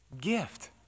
gift